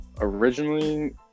originally